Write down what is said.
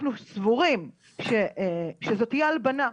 אנחנו סבורים שזו תהיה הלבנה,